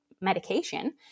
medication